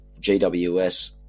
GWS